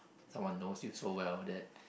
someone knows you so well that